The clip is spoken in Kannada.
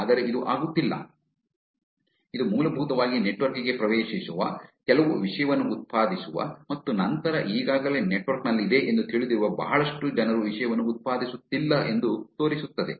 ಆದರೆ ಇದು ಆಗುತ್ತಿಲ್ಲ ಇದು ಮೂಲಭೂತವಾಗಿ ನೆಟ್ವರ್ಕ್ ಗೆ ಪ್ರವೇಶಿಸುವ ಕೆಲವು ವಿಷಯವನ್ನು ಉತ್ಪಾದಿಸುವ ಮತ್ತು ನಂತರ ಈಗಾಗಲೇ ನೆಟ್ವರ್ಕ್ ನಲ್ಲಿದೆ ಎಂದು ತಿಳಿದಿರುವ ಬಹಳಷ್ಟು ಜನರು ವಿಷಯವನ್ನು ಉತ್ಪಾದಿಸುತ್ತಿಲ್ಲ ಎಂದು ತೋರಿಸುತ್ತದೆ